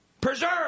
preserve